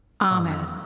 Amen